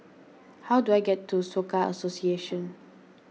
how do I get to Soka Association